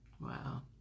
wow